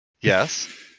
yes